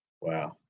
wow